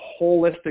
holistic